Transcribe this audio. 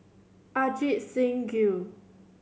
Ajit Singh Gill